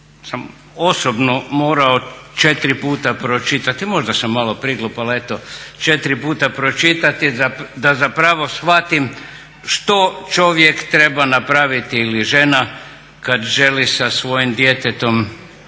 sam osobno morao 4 puta pročitati, možda sam malo priglup ali eto, 4 puta pročitati da zapravo shvatim što čovjek treba napraviti, ili žena, kad želi sa svojim djetetom otići